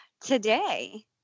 Today